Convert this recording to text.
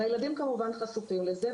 הילדים חשופים לזה,